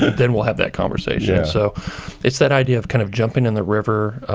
then we'll have that conversation. so it's that idea of kind of jumping in the river,